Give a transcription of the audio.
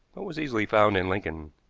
but was easily found in lincoln.